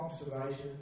Observation